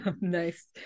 nice